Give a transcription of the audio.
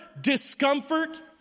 discomfort